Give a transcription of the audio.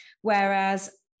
whereas